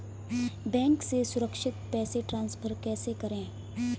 Bank से सुरक्षित पैसे ट्रांसफर कैसे करें?